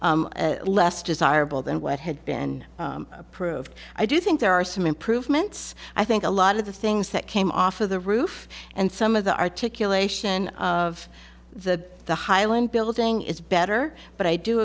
box less desirable than what had been approved i do think there are some improvements i think a lot of the things that came off of the roof and some of the articulation of the the highland building is better but i do